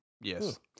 Yes